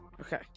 Okay